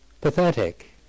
pathetic